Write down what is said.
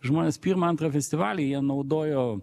žmonės pirmą antrą festivalį jie naudojo